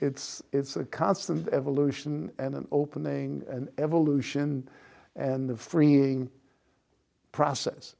it's it's a constant evolution and an opening and evolution and the freeing process